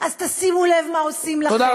אז תשימו לב מה עושים לכם,